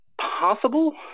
possible